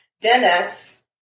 Dennis